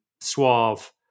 suave